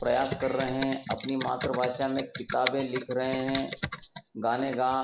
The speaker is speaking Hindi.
प्रयास कर रहे हैं अपनी मातृभाषा में किताबें लिख रहे हैं गाने गा